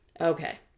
Okay